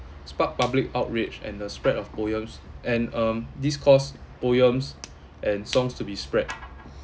sparked public outrage and the spread of poems and um this cause poems and songs to be spread